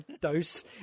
dose